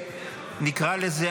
נקרא לזה,